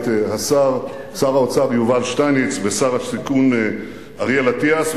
את שר האוצר יובל שטייניץ ואת שר השיכון אריאל אטיאס,